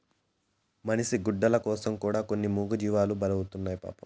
మనిషి గుడ్డల కోసం కూడా కొన్ని మూగజీవాలు బలైతున్నాయి పాపం